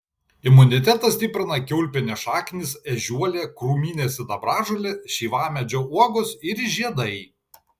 imunitetą stiprina kiaulpienės šaknys ežiuolė krūminė sidabražolė šeivamedžio uogos ir žiedai